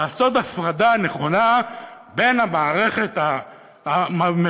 לעשות הפרדה נכונה בין הרשות המבצעת